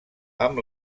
amb